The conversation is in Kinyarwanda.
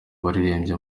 baririmbye